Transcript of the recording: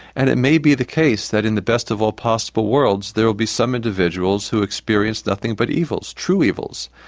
and it may be the case that in the best of all possible worlds, there will be some individuals who experience nothing but evils, true evils.